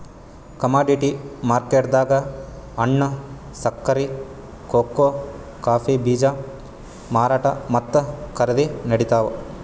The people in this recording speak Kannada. ಕಮಾಡಿಟಿ ಮಾರ್ಕೆಟ್ದಾಗ್ ಹಣ್ಣ್, ಸಕ್ಕರಿ, ಕೋಕೋ ಕಾಫೀ ಬೀಜ ಮಾರಾಟ್ ಮತ್ತ್ ಖರೀದಿ ನಡಿತಾವ್